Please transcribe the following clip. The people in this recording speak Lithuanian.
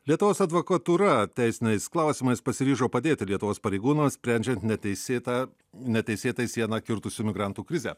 lietuvos advokatūra teisiniais klausimais pasiryžo padėti lietuvos pareigūnams sprendžiant neteisėtą neteisėtai sieną kirtusių migrantų krizę